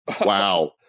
Wow